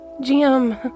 Jim